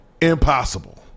impossible